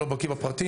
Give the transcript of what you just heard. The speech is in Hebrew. אני לא בקיא בפרטים.